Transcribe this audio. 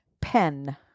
Pen